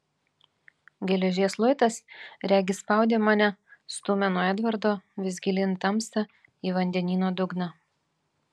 geležies luitas regis spaudė mane stūmė nuo edvardo vis gilyn į tamsą į vandenyno dugną